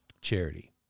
charity